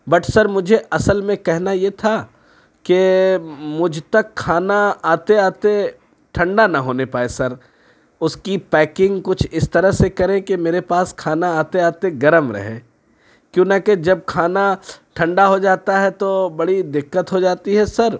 but sir مجھے اصل میں کہنا یہ تھا کہ مجھ تک کھانا آتے آتے ٹھنڈا نہ ہونے پائے سر اس کی پیکنگ کچھ اس طرح سے کریں کہ میرے پاس کھانا آتے آتے گرم رہے کیوں نہ کہ جب کھانا ٹھنڈا ہو جاتا ہے تو بڑی دقت ہو جاتی ہے سر